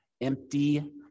Empty